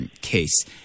case